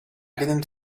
didn’t